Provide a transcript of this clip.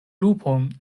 lupon